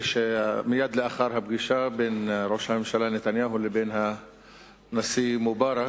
מייד לאחר הפגישה בין ראש הממשלה נתניהו לבין נשיא מצרים מובארק,